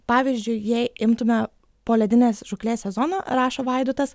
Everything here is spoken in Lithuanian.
pavyzdžiui jei imtume poledinės žūklės sezoną rašo vaidotas